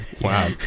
wow